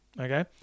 Okay